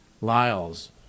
Lyle's